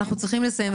אנחנו צריכים לסיים.